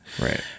Right